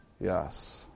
Yes